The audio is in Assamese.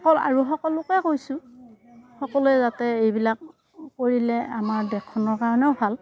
আৰু আৰু সকলোকে কৈছোঁ সকলোৱেই যাতে এইবিলাক কৰিলে আমাৰ দেশখনৰ কাৰণেও ভাল